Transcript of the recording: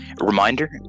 reminder